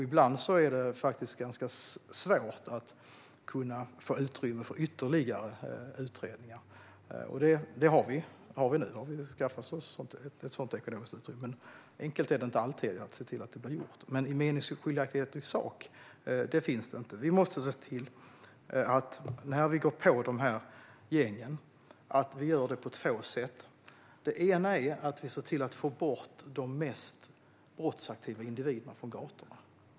Ibland är det faktiskt ganska svårt att få utrymme för ytterligare utredningar. Det har vi nu; vi har skaffat oss ett sådant ekonomiskt utrymme. Men det är inte alltid enkelt att se till att det blir gjort. Några meningsskiljaktigheter i sak finns det emellertid inte. När vi går på dessa gäng måste vi se till att vi gör det på två sätt. Det ena är att vi ser till att få bort de mest brottsaktiva individerna från gatorna.